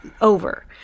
over